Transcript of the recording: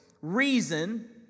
reason